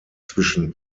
zwischen